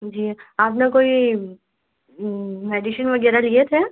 जी आपने कोई मेडीसिन वगैरह लिए थे